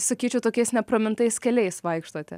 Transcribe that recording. sakyčiau tokiais nepramintais keliais vaikštote